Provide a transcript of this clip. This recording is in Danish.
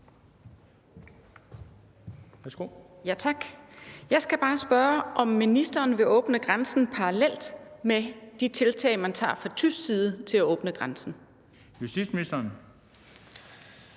Jeg skal bare spørge, om ministeren vil åbne grænsen parallelt med de tiltag, man tager fra tysk side, til at åbne grænsen?